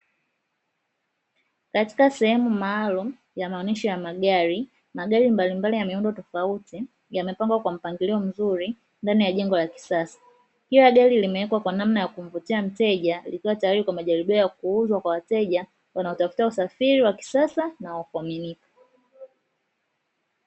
Katika sehemu maalumu ya maonesho ya magari, magari mbalimbali ya miundo tofauti yamepangwa kwa mpangilio mzuri ndani ya jengo la kisasa, kila gari limewekwa kwa namna ya kumvutia mteja likiwa, tayari kwa majaribio ya kuuzwa kwa wateja wanaotafuta usafiri wa kisasa na wa kuaminika.